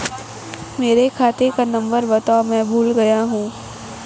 मेरे खाते का नंबर बताओ मैं भूल गया हूं